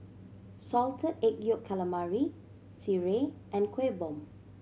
Salted Egg Yolk Calamari sireh and Kuih Bom